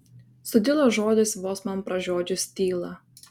sudilo žodis vos man pražiodžius tylą